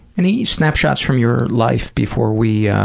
any snapshots from your life before we, yeah